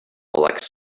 like